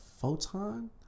photon